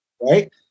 Right